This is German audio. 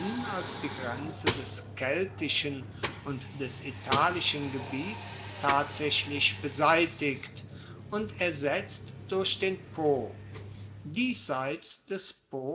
als die grenze des keltischen und des italischen gebiets tatsaechlich beseitigt und ersetzt durch den po diesseits des